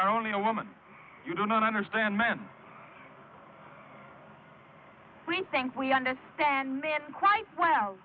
are only a woman you don't understand men we think we understand that quite well